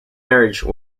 marriage